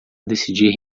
decidir